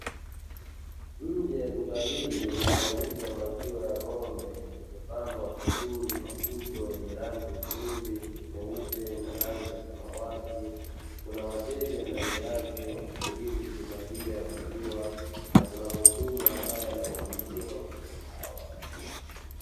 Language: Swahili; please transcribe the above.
Nje ya duka hili linalouza maziwa ya ng'ombe limepambwa vizuri maputo yenye rangi nzuri nyeupe na rangi ya samawati, kuna wateja ndani yake wakisubiri huduma hiyo ya maziwa na kuna mhudumu ambaye anawahudumia wateja hawa.